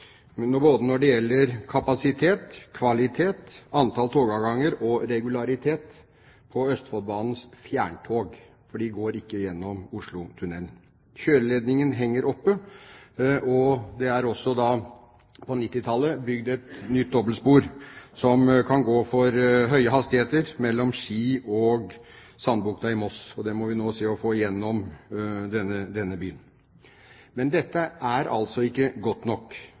både når det gjelder kapasitet, kvalitet, antall togavganger og regularitet på Østfoldbanens fjerntog, for de går ikke gjennom Oslotunnelen. Kjøreledningen henger oppe, og det ble på 1990-tallet bygd et nytt dobbeltspor for høye hastigheter mellom Ski og Sandbukta i Moss. Det må vi nå se å få igjennom denne byen. Dette er altså ikke godt nok.